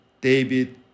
David